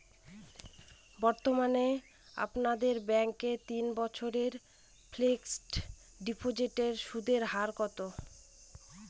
বর্তমানে আপনাদের ব্যাঙ্কে তিন বছরের ফিক্সট ডিপোজিটের সুদের হার কত?